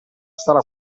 stalla